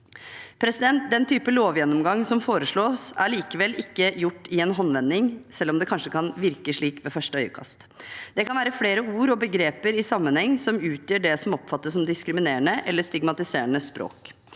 beslutning. Den typen lovgjennomgang som foreslås, er likevel ikke gjort i en håndvending selv om det kanskje kan virke slik ved første øyekast. Det kan være flere ord og begreper i sammenheng som utgjør det som oppfattes som diskriminerende eller stigmatiserende språk.